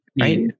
right